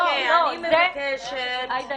אני מבקשת --- עאידה,